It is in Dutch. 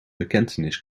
bekentenis